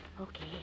Okay